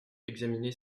examiner